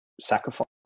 sacrifice